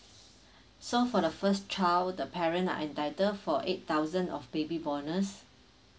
so for the first child the parent are entitle for eight thousand of baby bonus